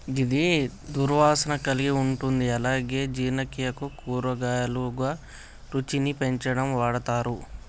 గిది దుర్వాసన కలిగి ఉంటుంది అలాగే జీర్ణక్రియకు, కూరగాయలుగా, రుచిని పెంచడానికి వాడతరు